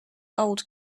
old